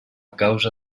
causa